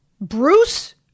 Bruce